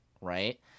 right